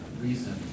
reason